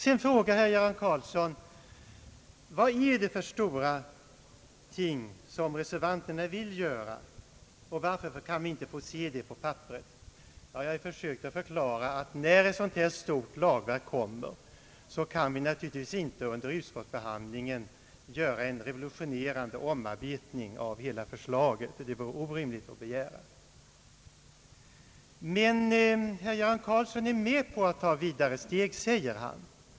Sedan frågade herr Göran Karlsson vad det är för stora ting som reservanterna vill utföra och varför dessa ting inte kan formuleras på papperet. Jag har ju försökt förklara att när ett lagverk av den här stora omfattningen blir till, kan vi naturligtvis inte under utskottsbehandlingen göra en revolutionerande omarbetning av förslaget. Det vore orimligt att begära något sådant. Men herr Göran Karlsson är med om att gå vidare på det här området, säger han.